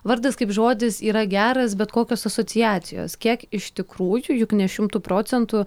vardas kaip žodis yra geras bet kokios asociacijos kiek iš tikrųjų juk ne šimtu procentų